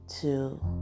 two